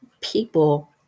people